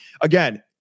again